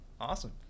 Awesome